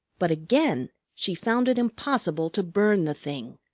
but again she found it impossible to burn the thing.